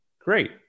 Great